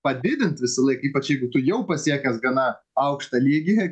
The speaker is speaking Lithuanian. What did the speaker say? padidint visąlaik ypač jeigu tu jau pasiekęs gana aukštą lygį